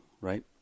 right